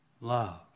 love